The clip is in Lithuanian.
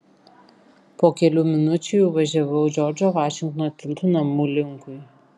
po kelių minučių jau važiavau džordžo vašingtono tiltu namų linkui